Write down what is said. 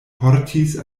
portis